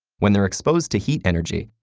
when they're exposed to heat energy,